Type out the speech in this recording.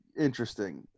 Interesting